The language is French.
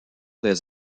des